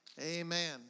Amen